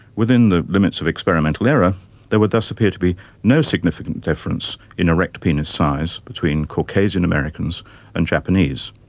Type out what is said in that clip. within the limits of experimental error there would thus appear to be no significant difference in erect penis size between caucasian americans and japanese.